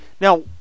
Now